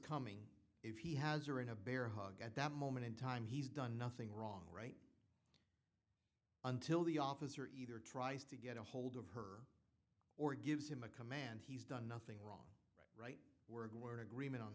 coming if he has her in a bear hug at that moment in time he's done nothing wrong right until the officer either tries to get a hold of her or gives him a command he's done nothing wrong we're going to agreement on